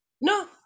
No